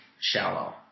shallow